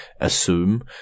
assume